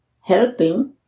helping